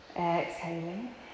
Exhaling